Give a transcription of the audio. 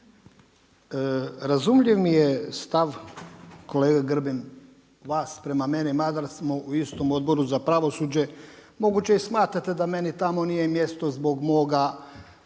Razumljiv mi je stav kolega Grbin vas prema meni mada smo u istom Odboru za pravosuđe, moguće i smatrate da meni tamo nije mjesto zbog moga po